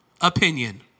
opinion